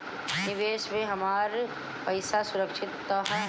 निवेश में हमार पईसा सुरक्षित त रही?